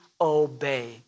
obey